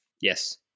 Yes